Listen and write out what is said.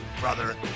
Brother